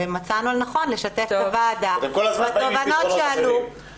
ומצאנו לנכון לשתף את הוועדה -- אתם כל הזמן באים עם פתרונות אחרים.